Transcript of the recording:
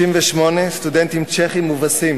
68 סטודנטים צ'כים מובסים